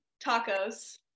tacos